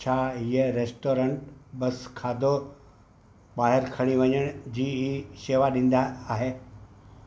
छा हीअ रेस्टोरेंट बस खाधो ॿाहिरि खणी वञण जी ई शेवा ॾींदा आहे